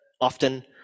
often